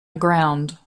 aground